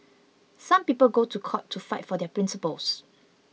some people go to court to fight for their principles